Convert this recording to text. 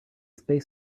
space